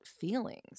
feelings